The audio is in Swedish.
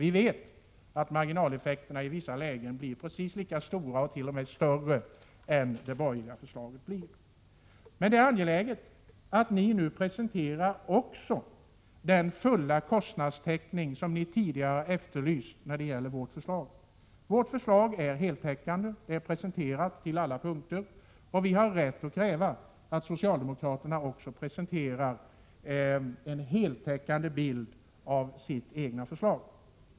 Vi vet att marginaleffekterna i vissa lägen blir precis lika stora och t.o.m. större än motsvarande effekter av det borgerliga förslaget. Det är angeläget att ni nu också presenterar full kostnadstäckning, något som ni ju tidigare har efterlyst när det gäller vårt förslag. Vårt förslag är heltäckande och har redovisats till alla delar. Vi har rätt att kräva att socialdemokraterna också presenterar en heltäckande bild av sitt eget förslag.